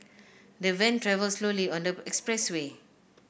the van travelled slowly on the expressway